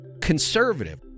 conservative